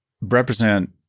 represent